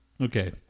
Okay